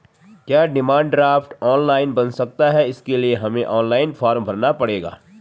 क्या demand draft online बन सकता है इसके लिए हमें ऑनलाइन फॉर्म भरना पड़ेगा?